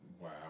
Wow